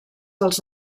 els